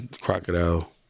crocodile